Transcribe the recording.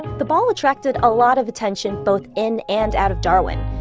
the ball attracted a lot of attention, both in and out of darwin.